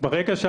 ברגע,